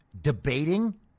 debating